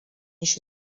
shi